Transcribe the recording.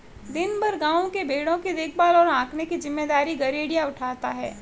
दिन भर गाँव के भेंड़ों की देखभाल और हाँकने की जिम्मेदारी गरेड़िया उठाता है